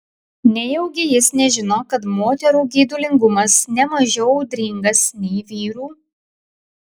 nejaugi jis nežino kad moterų geidulingumas ne mažiau audringas nei vyrų